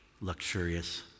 luxurious